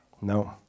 No